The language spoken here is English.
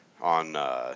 on –